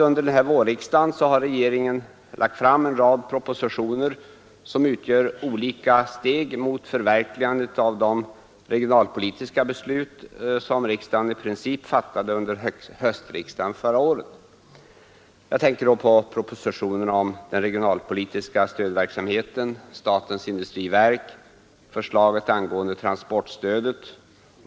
Under den här vårriksdagen har regeringen framlagt en rad propositioner, som utgör olika steg mot förverkligandet av de regionalpolitiska beslut som i princip fattades av föregående års höstriksdag. Jag tänker på propositionerna om den regionalpolitiska stödverksamheten och om statens industriverk samt på förslaget angående transportstödet.